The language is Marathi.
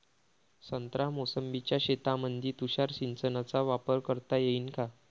संत्रा मोसंबीच्या शेतामंदी तुषार सिंचनचा वापर करता येईन का?